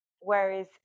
whereas